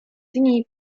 dni